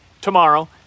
tomorrow